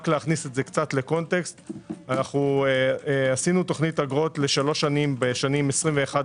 כדי להכניס זאת לקונטקסט עשינו תוכנית אגרות לשלוש שנים בשנים 21',